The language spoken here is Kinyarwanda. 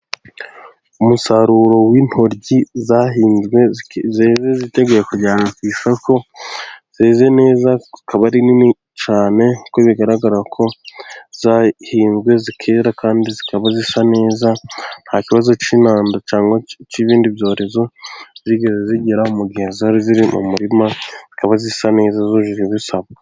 Umusaruro w'intoryi zahinzwe zeze ziteguye kujyanwa ku isoko, zeze neza zikaba ari nini cyane, kuko bigaragara ko zahinzwe zikera, kandi zikaba zisa neza nta kibazo cy'inanda cyangwa cy'ibindi byorezo zigeze zigira, mu gihe zari ziri mu murima. Zisa n'izujuje ibisabwa.